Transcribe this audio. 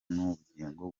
n’ubugingo